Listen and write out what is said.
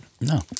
No